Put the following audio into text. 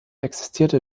existierte